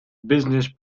business